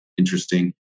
interesting